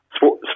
Sport